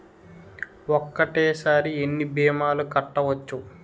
ఒక్కటేసరి ఎన్ని భీమాలు కట్టవచ్చు?